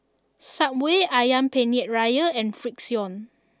Subway Ayam Penyet Ria and Frixion